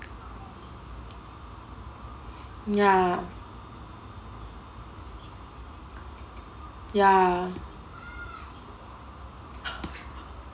ya ya